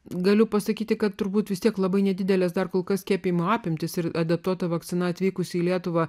galiu pasakyti kad turbūt vis tiek labai nedidelės dar kol kas skiepijimo apimtys ir adaptuota vakcina atvykusi į lietuvą